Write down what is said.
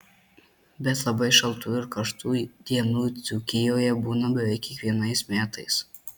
bet labai šaltų ir karštų dienų dzūkijoje būna beveik kiekvienais metais